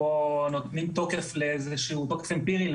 כאן תוקף לאיזשהו בוקס אמפירי,